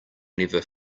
never